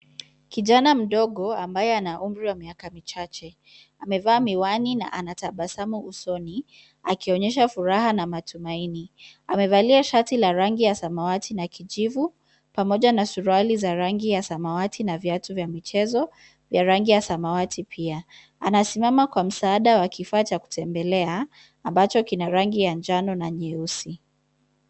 Kijana mdogo ambaye ana umri wa miaka michache, amevaa miwani na ana tabasamu usoni, akionyesha furaha na matumaini, amevalia shati la rangi ya samawati na kijivu, pamoja na suruali za rangi ya samawati na viatu vya michezo, vya rangi ya samawati pia, anasimama kwa msaada wa kifaa cha kutembelea, ambacho kina rangi ya njano na nyeusi.